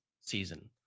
season